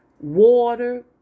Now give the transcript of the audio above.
water